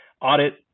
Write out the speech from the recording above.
audit